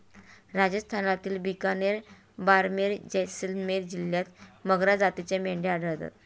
राजस्थानातील बिकानेर, बारमेर, जैसलमेर जिल्ह्यांत मगरा जातीच्या मेंढ्या आढळतात